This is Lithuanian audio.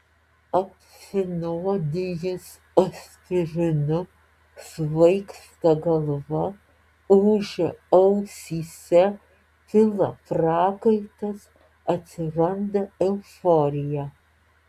apsinuodijus aspirinu svaigsta galva ūžia ausyse pila prakaitas atsiranda euforija